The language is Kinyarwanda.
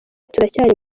turacyari